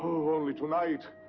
oh, only tonight.